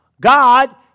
God